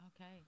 Okay